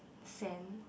sand